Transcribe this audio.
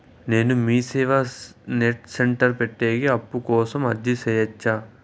నేను MeeSeva net centre పెట్టేకి అప్పు కోసం అర్జీ సేయొచ్చా?